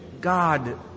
God